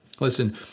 Listen